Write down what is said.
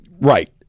Right